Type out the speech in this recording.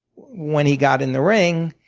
when he got in the ring,